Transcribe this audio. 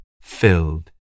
filled